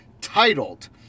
titled